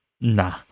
nah